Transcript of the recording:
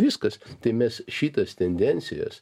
viskas tai mes šitas tendencijas